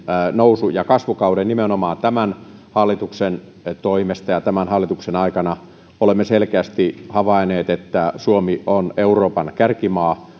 nousu ja kasvukauden nimenomaan tämän hallituksen toimesta ja tämän hallituksen aikana olemme selkeästi havainneet että suomi on euroopan kärkimaa